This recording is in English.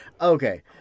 Okay